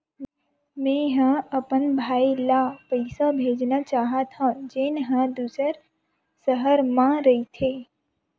मेंहा अपन भाई ला पइसा भेजना चाहत हव, जेन हा दूसर शहर मा रहिथे